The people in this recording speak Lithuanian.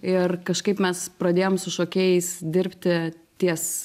ir kažkaip mes pradėjom su šokėjais dirbti ties